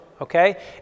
okay